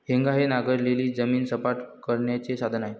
हेंगा हे नांगरलेली जमीन सपाट करण्याचे साधन आहे